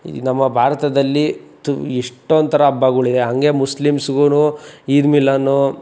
ನಮ್ಮ ಭಾರತದಲ್ಲಿ ತು ಇಷ್ಟೊಂದು ಥರ ಹಬ್ಬಗಳಿದೆ ಹಂಗೆ ಮುಸ್ಲಿಮ್ಸ್ಗೂ ಈದ್ ಮಿಲಾದು